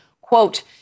quote